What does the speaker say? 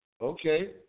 Okay